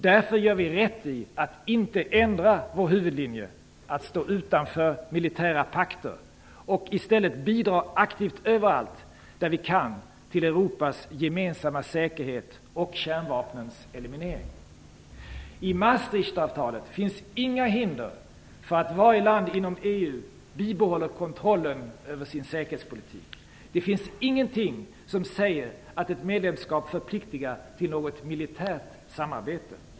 Därför gör vi rätt i att inte ändra vår huvudlinje: att stå utanför militära pakter och bidra aktivt överallt där vi kan till Europas gemensamma säkerhet och kärnvapnens eliminering. I Maastrichtavtalet finns inga hinder för att varje land inom EU bibehåller kontrollen över sin säkerhetspolitik. Där finns inget som säger att ett medlemskap förpliktar till något militärt samarbete.